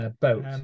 boat